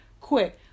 quick